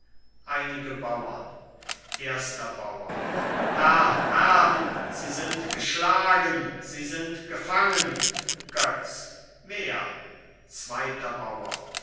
erster bauer herr herr sie sind geschlagen sie sind gefangen götz wer zweiter bauer